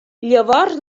llavors